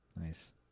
Nice